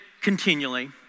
continually